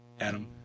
Adam